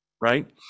right